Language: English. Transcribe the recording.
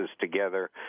together